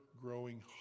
growing